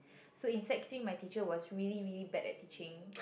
so in sec-three my teacher was really really bad at teaching